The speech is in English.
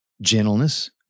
gentleness